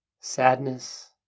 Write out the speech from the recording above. Sadness